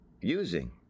using